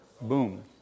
Boom